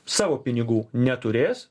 savo pinigų neturės